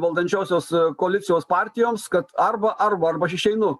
valdančiosios koalicijos partijoms kad arba arba arba aš išeinu